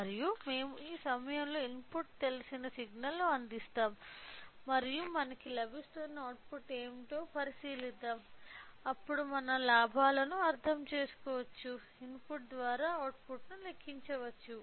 మరియు మేము ఈ సమయంలో ఇన్పుట్ తెలిసిన సిగ్నల్ను అందిస్తాము మరియు మనకు లభిస్తున్న అవుట్పుట్ ఏమిటో పరిశీలిస్తాము అప్పుడు మనం గైన్ ను అర్థం చేసుకోవడానికి ఇన్పుట్ ద్వారా అవుట్పుట్ను లెక్కించవచ్చు